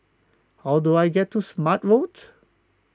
how do I get to Smart Road